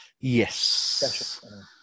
Yes